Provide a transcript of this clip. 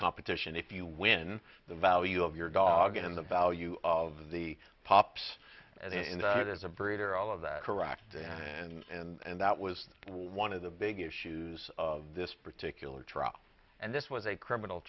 competition if you win the value of your dog and the value of the pops and there's a breeder all of that correct and that was one of the big issues of this particular trial and this was a criminal